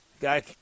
guy